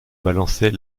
balançait